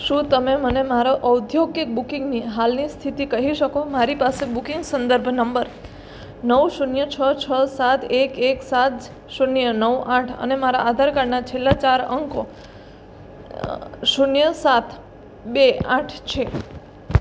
શું તમે મને મારા ઔદ્યોગિક બુકિંગની હાલની સ્થિતિ કહી શકો મારી પાસે બુકિંગ સંદર્ભ નંબર નવ શૂન્ય છ છ સાત એક એક સાત શૂન્ય નવ આઠ અને મારા આધાર કાર્ડના છેલ્લા ચાર અંકો શૂન્ય સાત બે આઠ છે